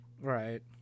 Right